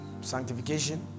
sanctification